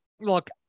look